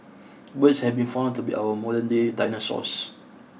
birds have been found to be our modernday dinosaurs